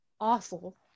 awful